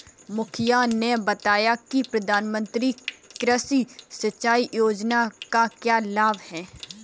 मुखिया ने बताया कि प्रधानमंत्री कृषि सिंचाई योजना का क्या लाभ है?